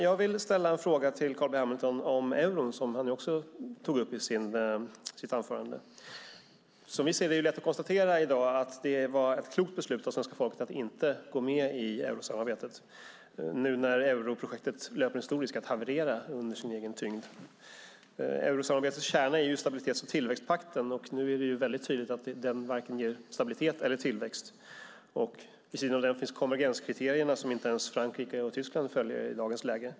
Jag vill ställa en fråga till Carl B Hamilton om euron, som han också tog upp i sitt anförande. Som vi ser det är det i dag lätt att konstatera att det var ett klokt beslut att inte gå med i eurosamarbetet, nu när europrojektet löper stor risk att haverera under sin egen tyngd. Eurosamarbetets kärna är stabilitets och tillväxtpakten, och nu är det väldigt tydligt att den varken ger stabilitet eller tillväxt. Vid sidan av den finns konvergenskriterierna, som inte ens Frankrike och Tyskland följer i dagens läge.